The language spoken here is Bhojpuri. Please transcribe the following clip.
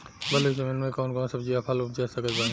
बलुई जमीन मे कौन कौन सब्जी या फल उपजा सकत बानी?